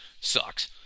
sucks